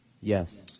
Yes